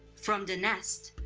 from the nest,